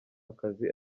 akazi